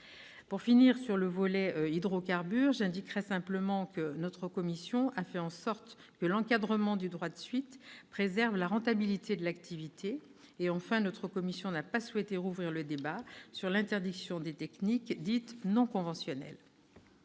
Pour finir sur le volet « hydrocarbures », j'indiquerai simplement que notre commission a fait en sorte que l'encadrement du droit de suite préserve la rentabilité de l'activité. Enfin, elle n'a pas souhaité rouvrir le débat sur l'interdiction des techniques dites « non conventionnelles